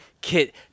Kit